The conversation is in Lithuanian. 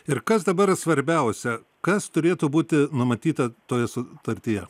ir kas dabar svarbiausia kas turėtų būti numatyta toje sutartyje